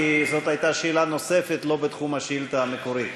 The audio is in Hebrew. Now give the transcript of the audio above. כי זאת הייתה שאלה נוספת לא בתחום השאילתה המקורית.